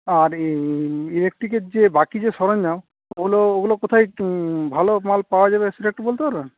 আর ইলেকট্রিকের যে বাকি যে সরঞ্জাম ওগুলো ওগুলো কোথায় ভালো মাল পাওয়া যাবে সেটা একটু বলতে পারবেন